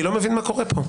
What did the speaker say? אני לא מבין מה קורה פה.